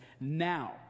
now